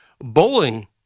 Bowling